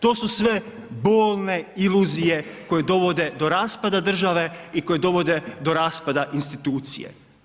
To su sve bolne iluzije koje dovode do raspada države i koje dovode do raspada institucije.